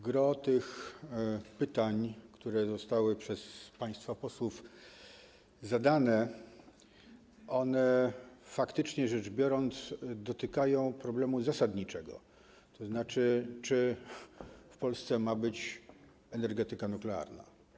Gros pytań, które zostały przez państwa posłów zadane, faktycznie rzecz biorąc, dotyka problemu zasadniczego, tzn tego, czy w Polsce ma być energetyka nuklearna.